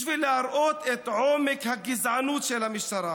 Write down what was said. בשביל להראות את עומק הגזענות של המשטרה,